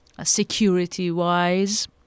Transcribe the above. security-wise